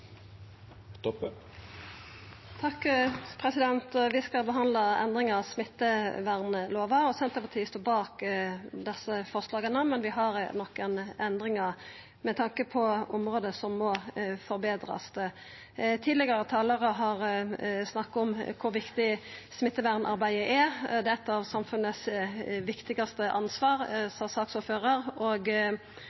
Vi skal behandla endringar i smittevernlova, og Senterpartiet står bak desse forslaga, men vi har òg nokre endringar med tanke på område som må betrast. Tidlegare talarar har snakka om kor viktig smittevernarbeidet er. Det er eit av samfunnets viktigaste ansvar,